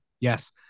Yes